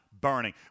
burning